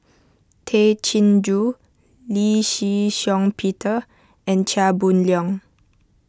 Tay Chin Joo Lee Shih Shiong Peter and Chia Boon Leong